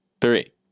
Three